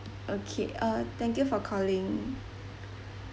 okay uh thank you for calling